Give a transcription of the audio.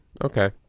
Okay